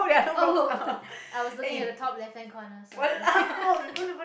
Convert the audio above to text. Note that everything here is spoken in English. oh i was looking at the top left-hand corner sorry